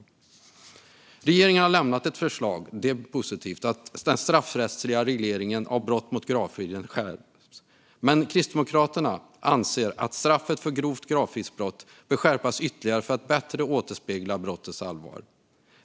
Det är positivt att regeringen har lämnat ett förslag om att den straffrättsliga regleringen av brott mot gravfriden ska skärpas. Kristdemokraterna anser dock att straffet för grovt gravfridsbrott bör skärpas ytterligare för att bättre återspegla brottets allvar.